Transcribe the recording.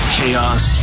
Chaos